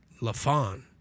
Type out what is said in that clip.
Lafon